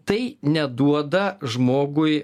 tai neduoda žmogui